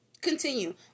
Continue